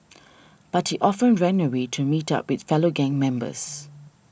but he often ran away to meet up with fellow gang members